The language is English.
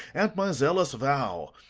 and my zealous vow,